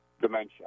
dementia